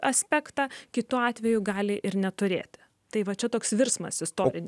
aspektą kitu atveju gali ir neturėti tai va čia toks virsmas istorinis